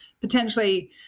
potentially